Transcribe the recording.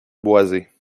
boisée